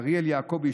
אריאל יעקובי,